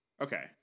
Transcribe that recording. Okay